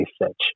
research